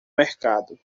mercado